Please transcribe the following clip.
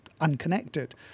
unconnected